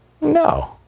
No